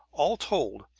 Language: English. all told,